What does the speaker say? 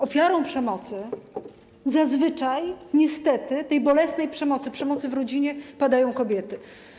Ofiarami przemocy zazwyczaj, niestety, tej bolesnej przemocy, przemocy w rodzinie, są kobiety.